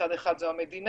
מצד אחד זה המדינה,